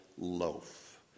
loaf